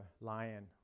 lion